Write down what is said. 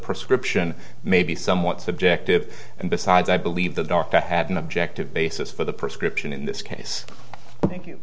prescription may be somewhat subjective and besides i believe the door to have an objective basis for the prescription in this case i think